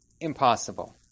impossible